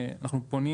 אנחנו פונים